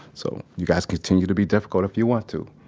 so you guys continue to be difficult if you want to,